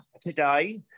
today